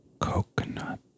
coconut